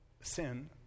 sin